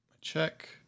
check